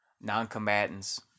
non-combatants